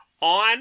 on